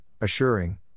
assuring